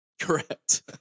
Correct